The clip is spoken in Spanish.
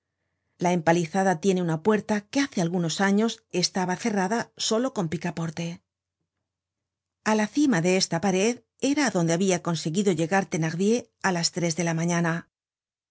la empalizada tiene una puerta que hace algunos años estaba cerrada solo con picaporte a la cima de esta pared era á donde habia conseguido llegar thenardier á las tres de la mañana